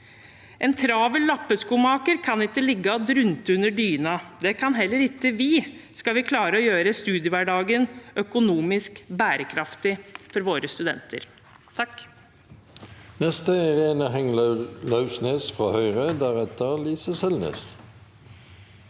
En travel lappeskomaker kan ikke ligge og drunte under dynen. Det kan heller ikke vi, skal vi klare å gjøre studiehverdagen økonomisk bærekraftig for våre studenter.